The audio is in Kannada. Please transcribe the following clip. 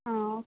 ಹಾಂ